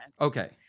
Okay